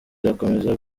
izakomeza